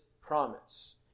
promise